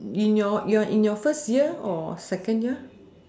in your you are in your first year or second year